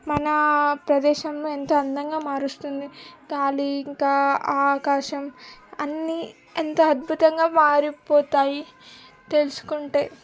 మన ఆ ప్రదేశాన్ని ఎంతో అందంగా మారుస్తుంది గాలి ఇంకా ఆకాశం అన్ని ఎంతో అద్భుతంగా మారిపోతాయి తెలుసుకుంటే